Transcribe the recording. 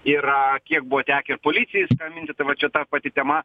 yra kiek buvo tekę ir policijai skambinti tai va čia ta pati tema